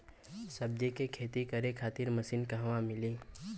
सब्जी के खेती करे खातिर मशीन कहवा मिली?